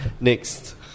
Next